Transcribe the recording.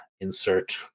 insert